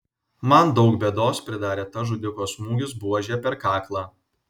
man daug bėdos pridarė tas žudiko smūgis buože per kaklą